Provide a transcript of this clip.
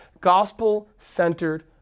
gospel-centered